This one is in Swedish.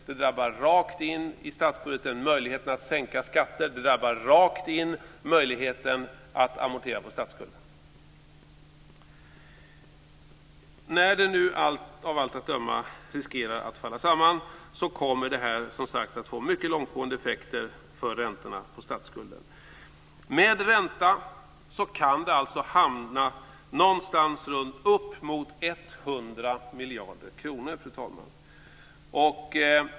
Det drabbar möjligheterna att sänka skatter och möjligheterna att amortera på statsskulden. När det nu av allt att döma riskerar att falla samman kommer detta att få mycket långtgående effekter för räntorna på statsskulden. Med ränta kan det hamna uppemot 100 miljarder kronor, fru talman.